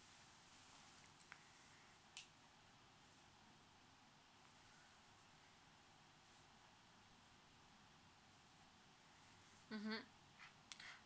mmhmm